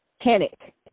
panic